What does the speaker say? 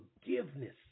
forgiveness